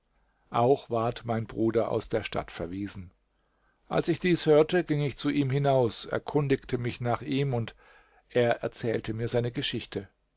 auch ward mein bruder aus der stadt verwiesen als ich dies hörte ging ich zu ihm hinaus erkundigte mich nach ihm und er erzählte mir seine geschichte